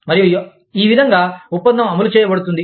మరియు ఈ విధంగా ఒప్పందం అమలు చేయబడుతుంది